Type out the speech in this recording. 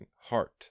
heart